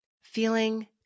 feeling